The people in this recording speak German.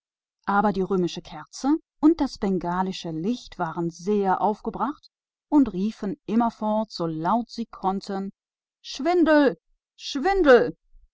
aber die römische kerze und das bengalische feuer waren sehr indigniert und riefen ganz laut schwindel schwindel